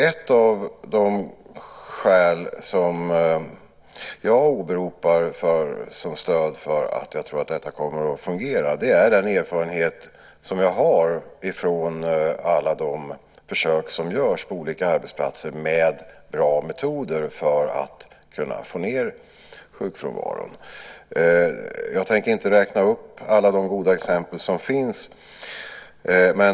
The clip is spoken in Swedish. Ett av de skäl som jag åberopar som stöd för att jag tror att detta kommer att fungera är den erfarenhet som jag har från alla de försök med bra metoder som görs på olika arbetsplatser för att få ned sjukfrånvaron. Jag tänker inte räkna upp alla de goda exempel som finns.